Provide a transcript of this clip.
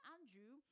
Andrew